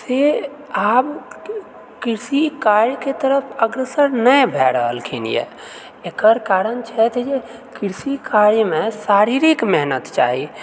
से आब कृषि कार्यके तरफ अग्रसर नहि भै रहलखिन यऽ एकर कारण छथि जे कृषि कार्यमे शारीरिक मेहनत चाही